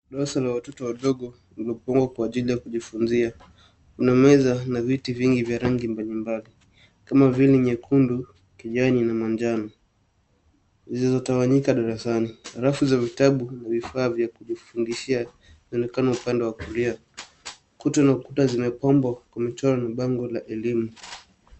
Darasa la watoto wadogo iliyopangwa kwa ajili ya kujifunzia. Kuna meza na viti vingi vya rangi mbali mbali kama vile nyekundu, kijani na manjano ,zilizotawanyika darasani. Rafu za vitabu na vifaa vya kujifundishia vinaonekana upande wa kulia. Ukuta na kuta zimepambwa kwa zimechorwa na bango la elimu.